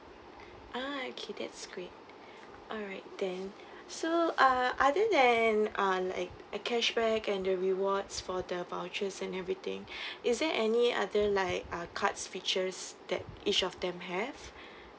ah okay that's great alright then so uh other than uh like cashback and the rewards for the vouchers and everything is there any other like uh cards features that each of them have